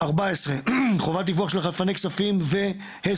הסתייגות 14: "חובת דיווח של חלפני כספים והסדרים